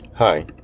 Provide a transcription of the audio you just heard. Hi